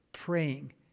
Praying